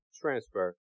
transfer